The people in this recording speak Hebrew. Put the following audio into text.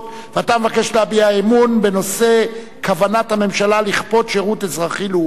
ואתה מבקש להביע אי-אמון בנושא: כוונת הממשלה לכפות שירות אזרחי-לאומי,